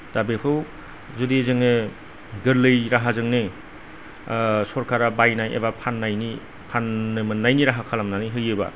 दा बेखौ जुदि जोङो गोर्लै राहाजोंनो सरकारा बायनाय एबा फान्नायनि फान्नो मोन्नायनि राहा खालामनानै होयोबा